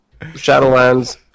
Shadowlands